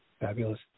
Fabulous